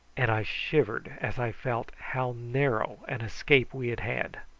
and i shivered as i felt how narrow an escape we had had.